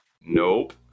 Nope